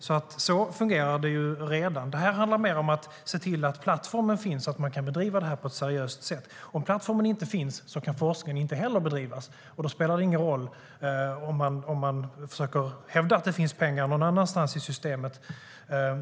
Det fungerar redan så. Det här handlar mer om att se till att plattformen finns så att man kan bedriva detta på ett seriöst sätt. Om plattformen inte finns kan forskning inte bedrivas, och då spelar det ingen roll om man försöker hävda att det finns pengar någon annanstans i systemet.